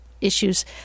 issues